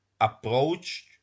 approached